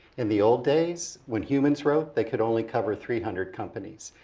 in the old days, when humans wrote, they could only cover three hundred companies.